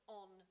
on